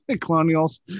Colonials